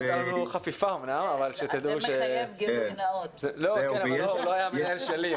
לא הייתה לנו חפיפה, הוא לא היה המנהל שלי.